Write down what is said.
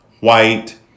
white